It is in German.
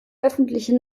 öffentliche